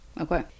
Okay